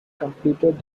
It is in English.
completed